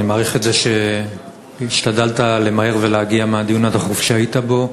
אני מעריך את זה שהשתדלת למהר ולהגיע מהדיון הדחוף שהיית בו.